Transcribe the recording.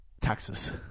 taxes